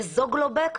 בזוגלובק,